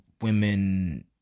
women